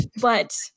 but-